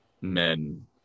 men